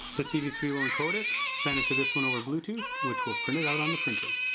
this e v three will encode it send it to this one over bluetooth which will print it out on the printer.